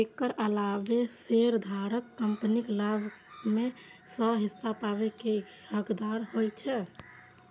एकर अलावे शेयरधारक कंपनीक लाभ मे सं हिस्सा पाबै के हकदार होइ छै